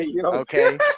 Okay